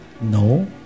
No